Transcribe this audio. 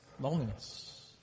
Loneliness